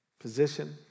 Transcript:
position